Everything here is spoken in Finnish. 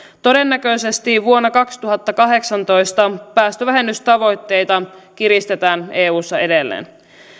todennäköisesti vuonna kaksituhattakahdeksantoista päästövähennystavoitteita kiristetään eussa edelleen